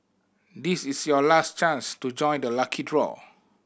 this is your last chance to join the lucky draw